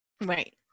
right